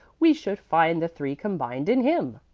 we should find the three combined in him.